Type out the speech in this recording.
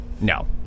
No